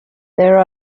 there